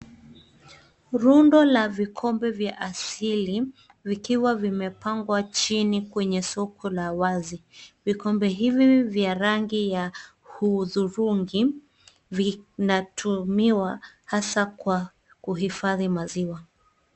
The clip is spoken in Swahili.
Rundo la vikombe vya asili vikiwa vimepangwa chini kwenye soko la wazi. Vikombe hivi vya rangi ya hduhurungi vinatumiwa hasa kwa kuhifadhi maziwa.